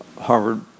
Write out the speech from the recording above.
Harvard